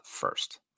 first